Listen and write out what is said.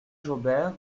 jaubert